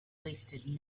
wasted